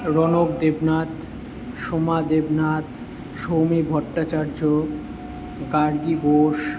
Raunak Debnath Soma Debnath Soumi Bhattacharya Gargi Bose